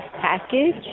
package